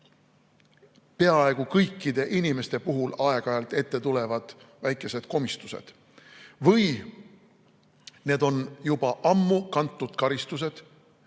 peaaegu kõikide inimeste puhul aeg-ajalt ette tulevad väikesed komistused – või need on juba ammu kantud karistused.